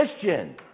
Christian